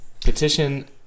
petition